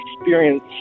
experience